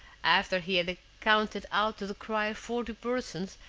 after he had counted out to the crier forty purses,